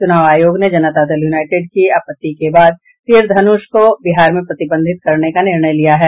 चुनाव आयोग ने जनता दल यूनाइटेड की आपत्ति के बाद तीर धनुष को बिहार में प्रतिबंधित करने का निर्णय लिया है